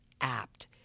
apt